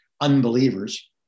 unbelievers